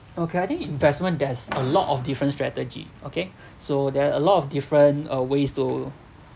okay I think investment there's a lot of different strategy okay so there are a lot of different uh ways to